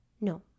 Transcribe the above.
no